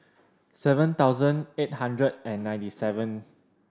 seven thousand eight hundred and ninety seven